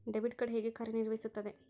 Debit card ಹೇಗೆ ಕಾರ್ಯನಿರ್ವಹಿಸುತ್ತದೆ?